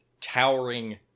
towering